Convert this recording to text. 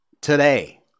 today